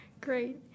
Great